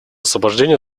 освобождение